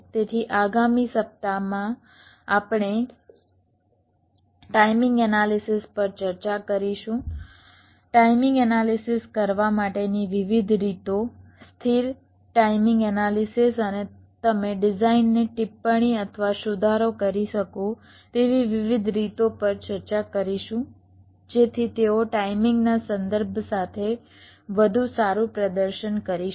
તેથી આગામી સપ્તાહમાં આપણે ટાઇમિંગ એનાલિસિસ પર ચર્ચા કરશું ટાઇમિંગ એનાલિસિસ કરવા માટેની વિવિધ રીતો સ્થિર ટાઇમિંગ એનાલિસિસ અને તમે ડિઝાઇનને ટિપ્પણી અથવા સુધારો કરી શકો તેવી વિવિધ રીતો પર ચર્ચા કરીશું જેથી તેઓ ટાઇમિંગના સંદર્ભ સાથે વધુ સારું પ્રદર્શન કરી શકે